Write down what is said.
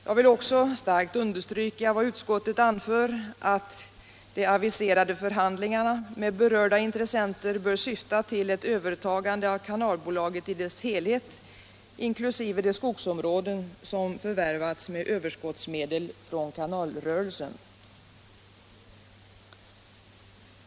Jag vill också starkt understryka vad utskottet anför, att de aviserade förhandlingarna med berörda intressenter bör syfta till ett övertagande av kanalbolaget i dess helhet inkl. de skogsområden som förvärvats med överskottsmedel från kanalrörelsen.